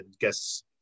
guess